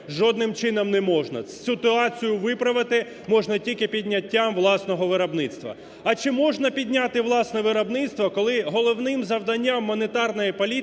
Жодним чином не можна. Ситуацію виправити можна тільки підняттям власного виробництва. А чи можна підняти власне виробництво, коли головним завданням монетарної політики